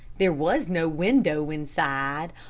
there was no window inside,